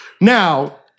now